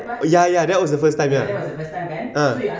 ya ya ya that was the first time lah ah